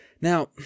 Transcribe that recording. now